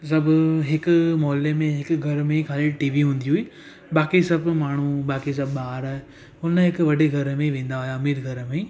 सभु हिकु मोहले में हिकु घर में ई खाली टीवी हूंदी हुई बाक़ी सभु माण्हू बाक़ी सभु ॿार हुन हिकु वॾी घर में वेंदा हुआ अमीर घर में ई